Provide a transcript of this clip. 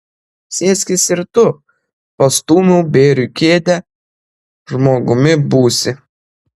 sėskis ir tu pastūmiau bėriui kėdę žmogumi būsi